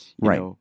right